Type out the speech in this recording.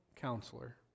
Counselor